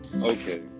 Okay